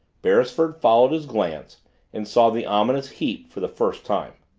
beresford followed his glance and saw the ominous heap for the first time.